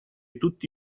tutti